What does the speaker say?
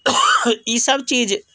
ईसभ चीज